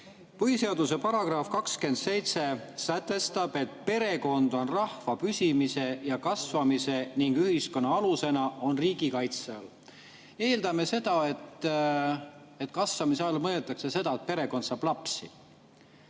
Põhiseaduse § 27 sätestab, et perekond on rahva püsimise ja kasvamise ning ühiskonna alusena riigi kaitse all. Eeldame, et kasvamise all mõeldakse seda, et perekond saab lapsi.